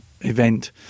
Event